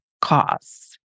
costs